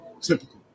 typical